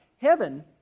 Heaven